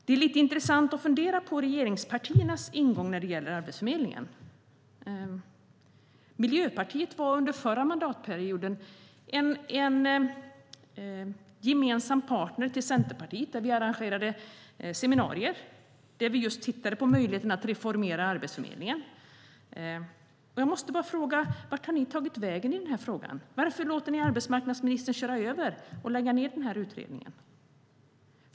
Det är lite intressant att fundera på regeringspartiernas ingång när det gäller Arbetsförmedlingen. Miljöpartiet var under förra mandatperioden en partner till Centerpartiet. Vi arrangerade gemensamma seminarier där vi tittade just på möjligheten att reformera Arbetsförmedlingen. Vart har ni tagit vägen i den frågan? Varför låter ni arbetsmarknadsministern köra över er och lägga ned utredningen?